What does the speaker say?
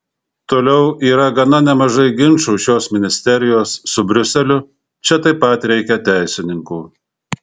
toliau yra gana nemažai ginčų šios ministerijos su briuseliu čia taip pat reikia teisininkų